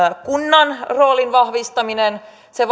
kunnan roolin vahvistaminen se